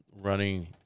running